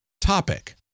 topic